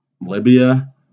Libya